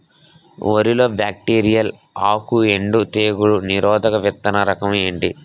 వరి లో బ్యాక్టీరియల్ ఆకు ఎండు తెగులు నిరోధక విత్తన రకం ఏంటి?